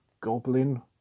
Goblin